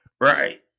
Right